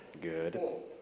Good